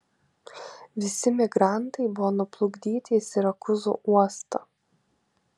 visi migrantai buvo nuplukdyti į sirakūzų uostą